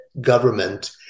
government